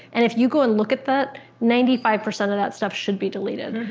and if you go and look at that, ninety five percent of that stuff should be deleted.